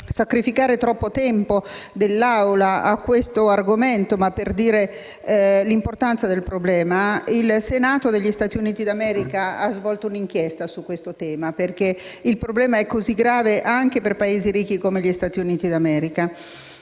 sacrificare troppo tempo dell'Assemblea a questo argomento e per sottolineare l'importanza del problema, osservo che il Senato degli Stati Uniti d'America ha svolto un'inchiesta su questo tema, perché il problema è molto grave anche per Paesi ricchi come gli Stati Uniti, e ha